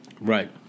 Right